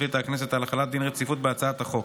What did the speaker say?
החליטה הכנסת על החלת דין רציפות על הצעת החוק.